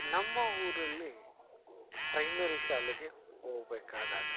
ನಮ್ಮ ಊರಲ್ಲಿ ಪ್ರೈಮರಿ ಶಾಲೆಗೆ ಹೋಗ್ಬೇಕಾದಾಗ